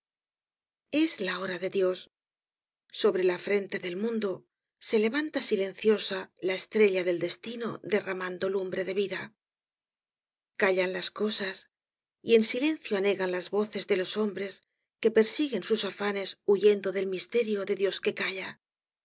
es la hora de dios sobre la frente del mundo se levanta silenciosa la estrella del destino derramando lumbre de vida callan las cosas y en silencio anegan las voces de los hombres que persiguen sus afanes huyendo del misterio de dios que calla